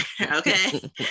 okay